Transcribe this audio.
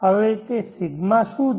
હવે તે ρ શું છે